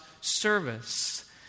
service